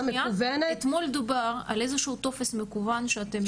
אתמול דובר על איזה שהוא טופס מקוון שאתם מכינים.